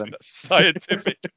scientific